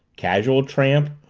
casual tramp,